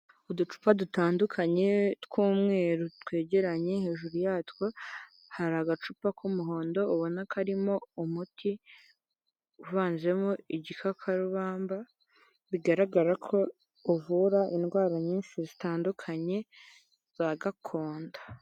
Uducupa dutandukanye, tw'umweru, twegeranye, hejuru yatwo hari agacupa k'umuhondo, ubona karimo umuti uvanjemo igikakarubamba, bigaragara ko uvura indwara nyinshi zitandukanye, za gakondo.